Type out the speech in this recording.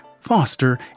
Foster